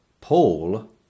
Paul